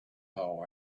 how